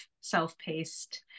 self-paced